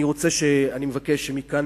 אני מבקש שמכאן,